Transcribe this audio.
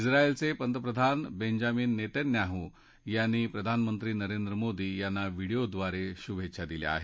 ज्ञायलचे पंतप्रधान Benjamin Netanyahu यांनी प्रधानमंत्री नरेंद्र मोदी यांना व्हिडिओद्वारे शुभेच्छा दिल्या आहेत